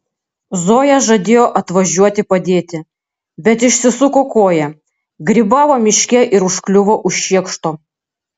zoja žadėjo atvažiuoti padėti bet išsisuko koją grybavo miške ir užkliuvo už šiekšto